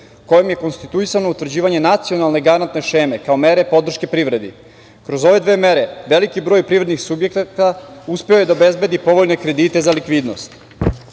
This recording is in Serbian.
kojom je konstituisano utvrđivanje nacionalne garantne šeme kao mere podrške privredi. Kroz ove dve mere veliki broj privrednih subjekata uspeo je da obezbedi povoljne kredite za likvidnost. Namera